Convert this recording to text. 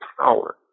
power